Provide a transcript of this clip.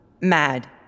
mad